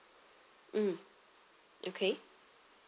mm okay